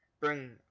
bring